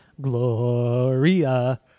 gloria